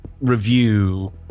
review